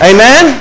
Amen